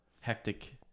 hectic